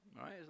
right